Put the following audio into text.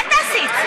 דודי,